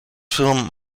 film